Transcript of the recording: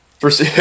first